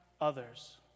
others